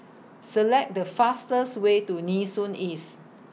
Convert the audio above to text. Select The fastest Way to Nee Soon East